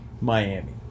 Miami